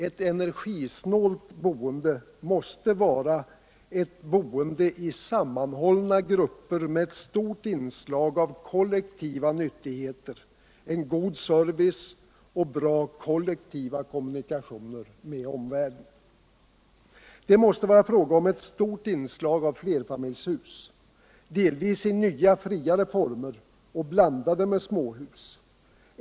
Ett energisnålt boende måste vara ett boende i sammanhållna grupper med eu stort inslag av kollektiva nyttighoter, god service och bra kollektiva kommunikationer med omvärlden. Det måste vara fråga om ett stort inslag av flerfamiljshus, delvis i nya. friare former och blandade med småhus.